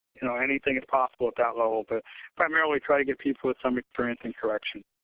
you know, anything is possible at that level but primarily try to get people with some experience in correction.